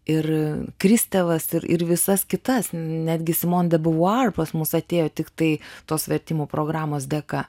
ir kristevas ir ir visas kitas netgi simon diubuar pas mus atėjo tiktai tos vertimų programos dėka